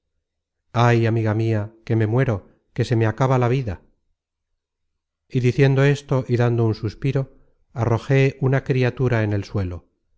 ay amiga mia que me muero que se me acaba la vida y diciendo esto y dando un gran suspiro arrojé una criatura en el suelo